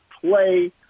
play